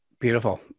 Beautiful